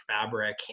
fabric